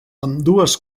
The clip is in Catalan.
ambdues